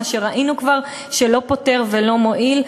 מה שראינו כבר שלא פותר ולא מועיל,